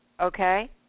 okay